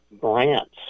grants